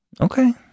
Okay